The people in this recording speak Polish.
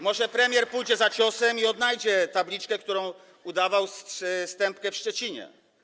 Może premier pójdzie za ciosem i odnajdzie tabliczkę, która udawała stępkę w Szczecinie.